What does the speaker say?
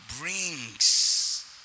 brings